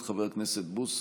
את חבר הכנסת בוסו,